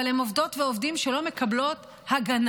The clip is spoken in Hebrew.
אבל הם עובדות ועובדים שלא מקבלים הגנה.